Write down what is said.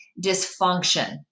dysfunction